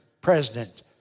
president